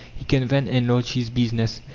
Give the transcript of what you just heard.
he can then enlarge his business.